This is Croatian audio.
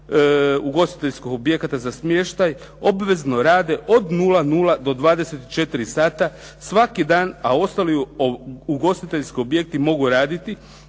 ugostiteljskog objekata za smještaj, obvezno rade od 00, do 24 sata svaki dan a ostali ugostiteljski objekti mogu raditi